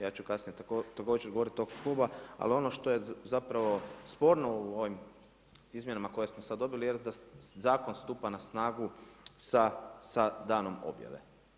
Ja ću kasnije također govoriti u ime kluba, ali ono što je zapravo sporno u ovim izmjenama koje smo sad dobili jer zakon stupa na snagu sa danom objave.